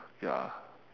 ya